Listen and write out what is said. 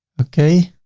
okay.